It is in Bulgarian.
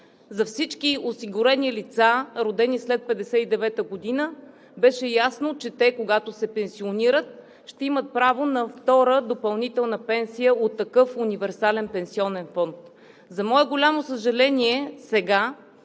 за всички осигурени лица, родени след 1959 г., беше ясно, че те, когато се пенсионират, ще имат право на втора допълнителна пенсия от такъв универсален пенсионен фонд. За мое голямо съжаление, сега,